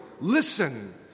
Listen